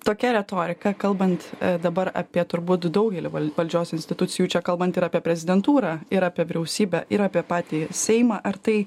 tokia retorika kalbant dabar apie turbūt daugelį val valdžios institucijų čia kalbant ir apie prezidentūrą ir apie vyriausybę ir apie patį seimą ar tai